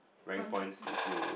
rank points if you